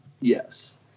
Yes